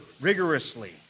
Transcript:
rigorously